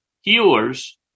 healers